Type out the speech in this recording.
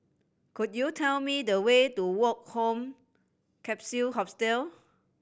could you tell me the way to Woke Home Capsule Hostel